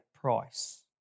price